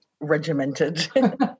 regimented